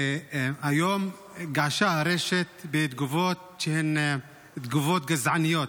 והיום געשה הרשת בתגובות שהן תגובות גזעניות.